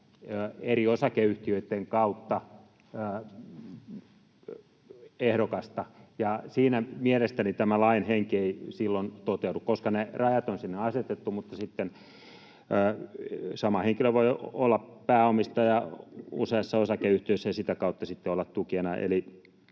eri osakeyhtiöitten kautta ehdokasta. Siinä mielestäni tämä lain henki ei silloin toteudu, koska ne rajat on sinne asetettu mutta sitten sama henkilö voi olla pääomistaja useissa osakeyhtiöissä ja sitä kautta olla tukena,